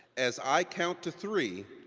as i count to three,